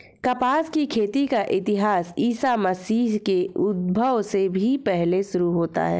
कपास की खेती का इतिहास ईसा मसीह के उद्भव से भी पहले शुरू होता है